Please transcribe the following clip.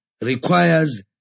requires